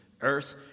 earth